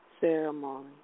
ceremony